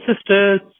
Sisters